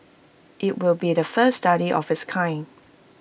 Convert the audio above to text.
IT will be the first study of its kind